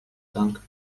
dankend